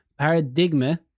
Paradigma